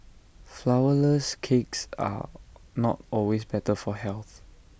flowerless cakes are not always better for health